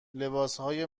لباسهای